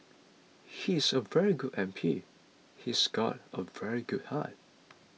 he's a very good M P he's got a very good heart